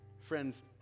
Friends